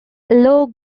low